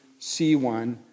C1